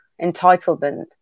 entitlement